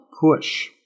push